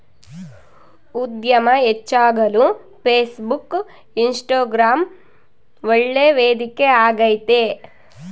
ಉದ್ಯಮ ಹೆಚ್ಚಾಗಲು Facebook, Instagram ಒಳ್ಳೆ ವೇದಿಕೆ ಆಗೈತೆ